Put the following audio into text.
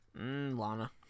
Lana